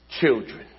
children